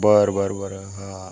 बरं बरं बरं हां